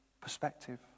perspective